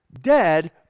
dead